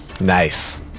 Nice